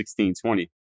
1620